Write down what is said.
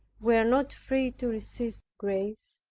we are not free to resist grace.